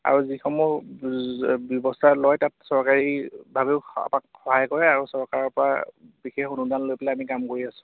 আৰু যিসমূহ ব্যৱস্থা লয় তাত চৰকাৰীভাৱেও সহায় কৰে আৰু চৰকাৰৰ পৰা বিশেষ অনুদান লৈ পেলাই আমি কাম কৰি আছোঁ